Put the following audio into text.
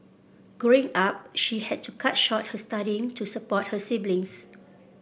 Growing Up she had to cut short her studying to support her siblings